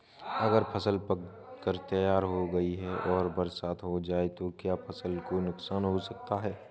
अगर फसल पक कर तैयार हो गई है और बरसात हो जाए तो क्या फसल को नुकसान हो सकता है?